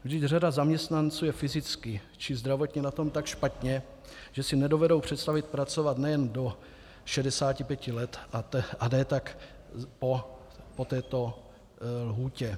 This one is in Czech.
Vždyť řada zaměstnanců je fyzicky či zdravotně na tom tak špatně, že si nedovedou představit pracovat nejen do 65 let, a ne tak po této lhůtě.